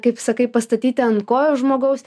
kaip sakai pastatyti ant kojų žmogaus